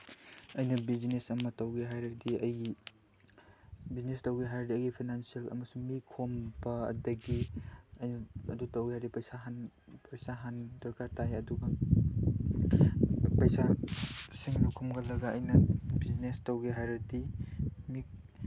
ꯑꯩꯅ ꯕꯤꯖꯤꯅꯦꯁ ꯑꯃ ꯇꯧꯒꯦ ꯍꯥꯏꯔꯒꯗꯤ ꯑꯩ ꯕꯤꯖꯤꯅꯦꯁ ꯇꯧꯒꯦ ꯍꯥꯏꯔꯒꯗꯤ ꯑꯩꯒꯤ ꯐꯥꯏꯅꯥꯟꯁꯦꯜ ꯑꯃꯁꯨꯡ ꯃꯤ ꯈꯣꯝꯕ ꯑꯗꯒꯤ ꯑꯩꯅ ꯑꯗꯨ ꯇꯧꯒꯦ ꯍꯥꯏꯔꯒꯗꯤ ꯄꯩꯁꯥ ꯍꯥꯟꯅ ꯗꯔꯀꯥꯔ ꯇꯥꯏ ꯑꯗꯨꯒ ꯄꯩꯁꯥꯁꯤꯡꯗꯨ ꯈꯣꯝꯒꯠꯂꯒ ꯑꯩꯅ ꯕꯤꯖꯤꯅꯦꯁ ꯇꯧꯒꯦ ꯍꯥꯏꯔꯗꯤ ꯃꯤ